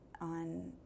on